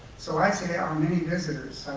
so, i'd say our many visitors.